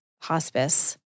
hospice